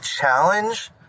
challenge